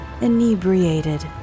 inebriated